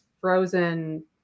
frozen